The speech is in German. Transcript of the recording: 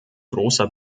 großer